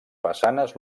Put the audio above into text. façanes